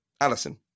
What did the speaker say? Alison